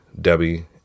Debbie